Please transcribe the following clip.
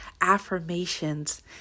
affirmations